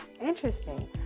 Interesting